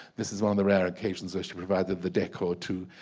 this is one of the rare occasions where she provided the decor too,